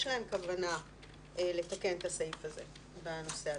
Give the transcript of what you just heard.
להם כוונה לתקן את הסעיף הזה בנושא הזה.